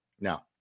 Now